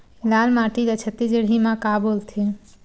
लाल माटी ला छत्तीसगढ़ी मा का बोलथे?